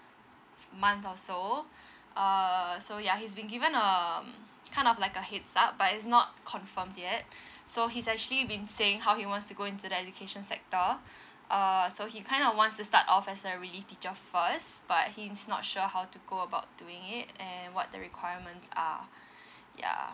month or so err so ya he's been given um kind of like a heads up but is not confirmed yet so he's actually been saying how he wants to go into the education sector err so he kind of wants to start off as a relief teacher first but he is not sure how to go about doing it and what the requirements are ya